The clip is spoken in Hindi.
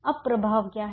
अब प्रभाव क्या है